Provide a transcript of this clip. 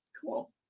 Cool